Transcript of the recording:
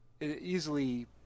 easily